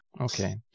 Okay